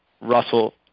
Russell